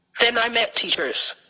then i met teachers.